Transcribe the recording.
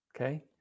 Okay